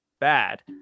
bad